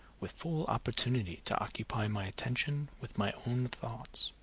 with full opportunity to occupy my attention with my own thoughts.